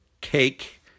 Cake